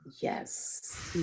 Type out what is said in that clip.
Yes